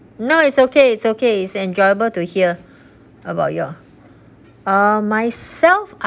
no it's okay it's okay it's enjoyable to hear about your uh myself I